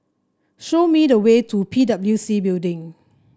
show me the way to P W C Building